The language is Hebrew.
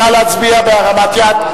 נא להצביע בהרמת יד.